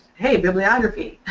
hey bibliography,